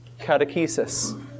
catechesis